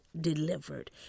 delivered